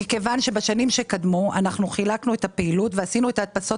זה מכיוון שבשנים שקדמו חילקנו את הפעילות ועשינו את ההדפסות